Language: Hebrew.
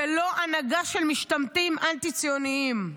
ולא הנהגה של משתמטים אנטי ציוניים.